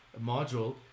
module